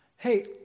Hey